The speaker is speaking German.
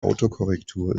autokorrektur